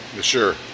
Sure